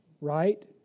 Right